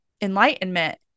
enlightenment